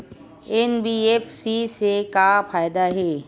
NBFC से का फ़ायदा हे?